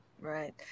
Right